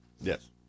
Yes